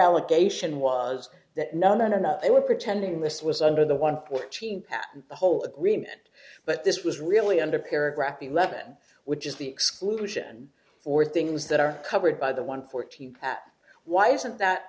allegation was that none and another they were pretending this was under the one fourteen patent the whole agreement but this was really under paragraph eleven which is the exclusion for things that are covered by the one fourteen why isn't that